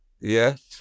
Yes